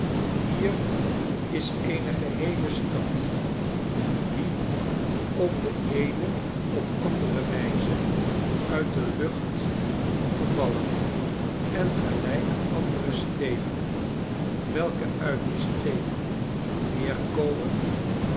hier is eene geheele stad die op eene of andere wijze uit de lucht gevallen en gelijk andere steenen welke uit die streekneerkomen